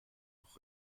auch